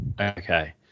Okay